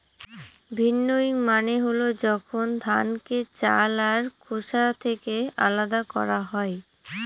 ভিন্নউইং মানে হল যখন ধানকে চাল আর খোসা থেকে আলাদা করা হয়